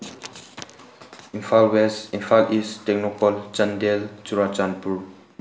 Imphal west Imphal east Tengnoupal Chandel Churachandpur